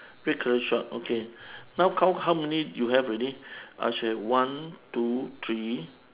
red colour short okay now count how many you have already I should have one two three